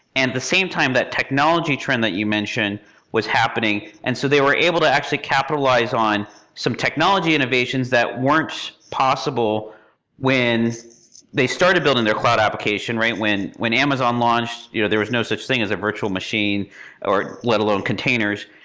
and at the same time that technology trend that you mentioned was happening. and so they were able to actually capitalize on some technology innovations that weren't possible when they started building their cloud application. when when amazon launched, you know there was no such thing as a virtual machine or, let alone, containers.